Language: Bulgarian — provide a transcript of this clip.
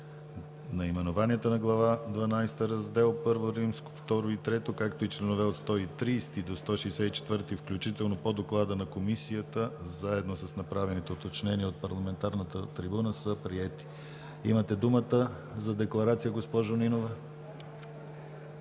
Наименованията на Глава дванадесета, Раздел I, II и III, както и членове от 130 до 164 включително по доклада на Комисията, заедно с направените уточнения от парламентарната трибуна, са приети. Имате думата за декларация, госпожо Нинова.